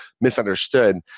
misunderstood